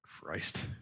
Christ